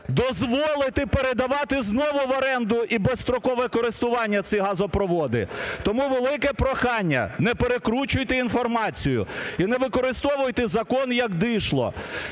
дозволити передавати знову в оренду і безстрокове користування ці газопроводи. Тому велике прохання: не перекручуйте інформацію і не використовуйте закон, як дишло.